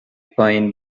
پایین